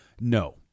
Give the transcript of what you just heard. No